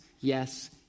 yes